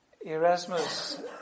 Erasmus